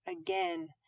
again